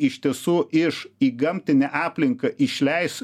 iš tiesų iš į gamtinę aplinką išleis